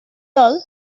dol